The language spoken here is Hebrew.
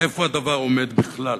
איפה הדבר עומד בכלל,